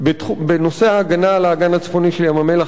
בנושא ההגנה על האגן הצפוני של ים-המלח אנחנו